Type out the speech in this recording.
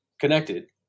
connected